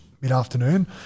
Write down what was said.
mid-afternoon